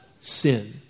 sin